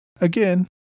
Again